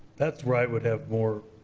that's where i would have more,